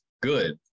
good